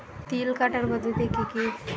তিল কাটার পদ্ধতি কি কি?